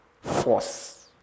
force